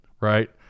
right